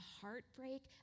heartbreak